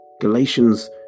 Galatians